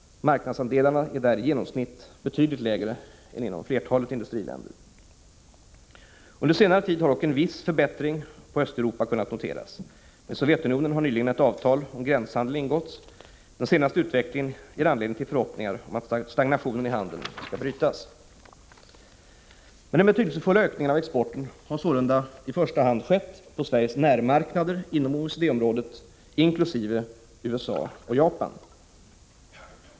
Marknadsandelarna ligger där i genomsnitt på en betydligt lägre nivå än inom flertalet industriländer. Under senare tid har dock en viss förbättring i fråga om Östeuropa kunnat noteras. Med Sovjetunionen har nyligen ett avtal om gränshandel ingåtts. Den senaste utvecklingen ger anledning till förhoppningar om att stagnationen i handeln skall brytas. Den betydelsefulla ökningen av exporten har sålunda i första hand skett på Sveriges närmarknader inom OECD-området, inkl. USA och Japan.